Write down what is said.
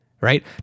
right